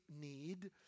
need